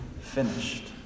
finished